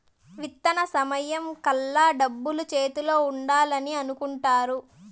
విత్తన సమయం కల్లా డబ్బులు చేతిలో ఉండాలని అనుకుంటారు